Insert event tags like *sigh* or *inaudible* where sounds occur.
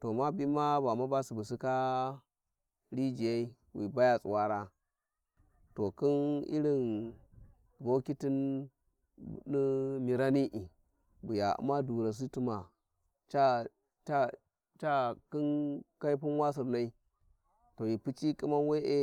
To ma bima va mabarbu sıka rijiyai *noise* wi baya, tsuwaara *noise* to khin irin *noise* bokika ni mirani i buya u' ma durasi tuma ca- ta- khin kailpun wa sirnai to ghi p'uci khiman we`e